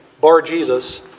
Bar-Jesus